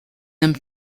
them